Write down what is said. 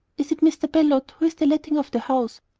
is it mr. beloit who has the letting of the house?